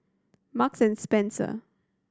Marks and Spencer